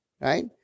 right